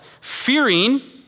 fearing